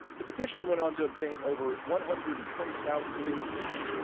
the petition went on to obtain over one hundred and twenty thousand signatures.